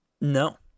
no